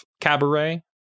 Cabaret